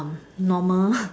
normal